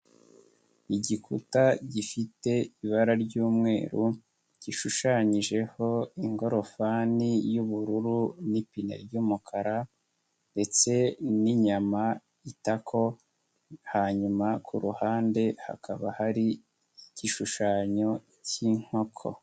Igikuta gifite ibara ry'umweru gishushanyijeho ingofani y'ubururu n'ipine ry'umukara ndetse n'inyama itako, hanyuma kuruhande hakaba hari igishushanyo cy'inkoko.